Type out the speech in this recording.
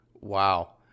Wow